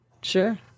Sure